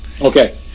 Okay